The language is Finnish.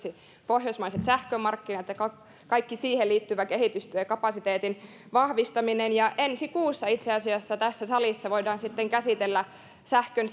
pohjoismaiset sähkömarkkinat ja kaikki siihen liittyvä kehitystyö ja ja kapasiteetin vahvistaminen ja itse asiassa ensi kuussa tässä salissa voidaan sitten käsitellä sähkön